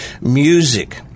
Music